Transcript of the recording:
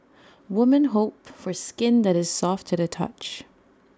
women hope for skin that is soft to the touch